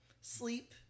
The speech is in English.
sleep